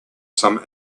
some